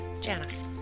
Janice